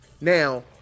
Now